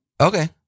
Okay